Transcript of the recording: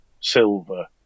silver